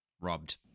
Robbed